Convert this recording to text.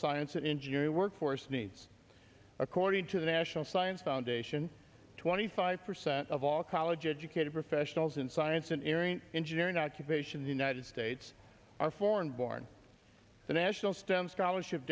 science and engineering workforce needs according to the national science foundation twenty five percent of all college educated profession calls in science an eerie and engineering occupation the united states are foreign born the national stem scholarship